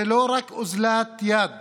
זה לא רק אוזלת יד